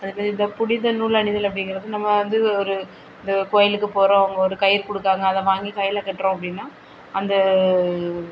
அதேமாரி இந்த புனித நூல் அணிதல் அப்படிங்கிறது நம்ம வந்து ஒரு இந்த கோயிலுக்கு போகறோம் அங்கே ஒரு கயிறு கொடுக்குறாங்க அதை வாங்கி கையில் கட்டுறோம் அப்படினா அந்த